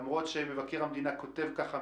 למרות שמבקר המדינה כותב ככה,